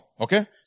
Okay